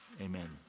amen